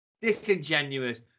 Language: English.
disingenuous